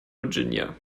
virginia